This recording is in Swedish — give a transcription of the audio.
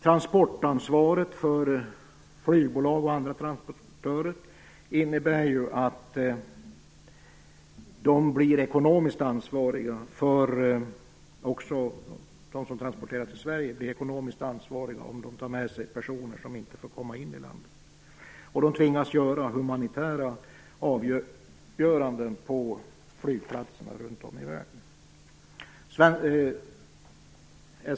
Transportansvaret för flygbolag och andra transportörer innebär ju att dessa blir ekonomiskt ansvariga - också de som transporterar till Sverige - om de tar med sig personer som inte får komma in i landet. De tvingas göra humanitära bedömningar på flygplatserna runt om i världen.